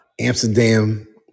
Amsterdam